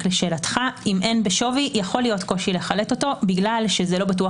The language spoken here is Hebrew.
לשאלתך אם אין בשווי יכול להיות קושי לחלט אותי כי זה לא בטוח